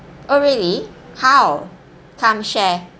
oh really how come share